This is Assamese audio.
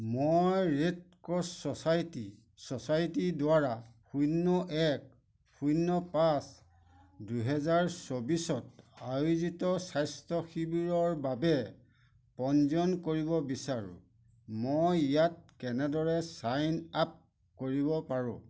মই ৰেড ক্ৰছ ছচাইটি ছচাইটিৰদ্বাৰা শূন্য এক শূন্য পাঁচ দুহেজাৰ চৌবিছত আয়োজিত স্বাস্থ্য শিবিৰৰ বাবে পঞ্জীয়ন কৰিব বিচাৰোঁ মই ইয়াত কেনেদৰে ছাইন আপ কৰিব পাৰোঁ